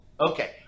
Okay